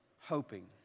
hoping